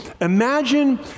imagine